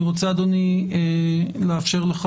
אני רוצה, אדוני, לאפשר לך